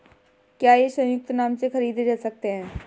क्या ये संयुक्त नाम से खरीदे जा सकते हैं?